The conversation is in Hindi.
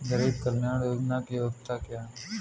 गरीब कल्याण योजना की योग्यता क्या है?